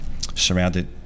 surrounded